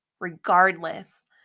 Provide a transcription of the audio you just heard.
regardless